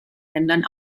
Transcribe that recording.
ländern